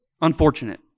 unfortunate